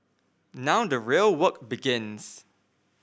now the real work begins